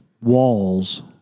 walls